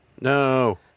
No